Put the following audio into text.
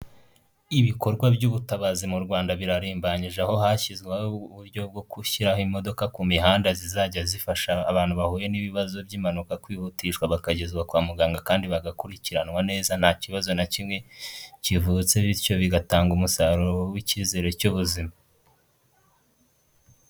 Ibikorwa by'ubutabazi mu Rwanda birarimbanyije, aho hashyizweho uburyo bwo gushyiraho imodoka ku mihanda zizajya zifasha abantu bahuye n'ibibazo by'impanuka kwihutishwa bakagezwa kwa muganga, kandi bagakurikiranwa neza nta kibazo na kimwe kivutse, bityo bigatanga umusaruro w'icyizere cy'ubuzima.